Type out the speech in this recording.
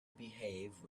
behave